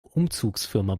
umzugsfirma